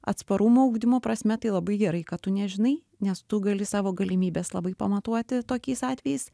atsparumo ugdymo prasme tai labai gerai kad tu nežinai nes tu gali savo galimybes labai pamatuoti tokiais atvejais